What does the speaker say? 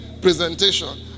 presentation